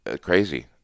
crazy